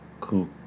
Cool